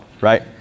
right